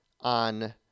on